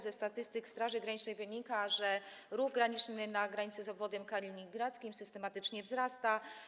Ze statystyk Straży Granicznej wynika, że ruch graniczny na granicy z obwodem kaliningradzkim systematycznie wzrasta.